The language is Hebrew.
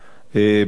בהווה,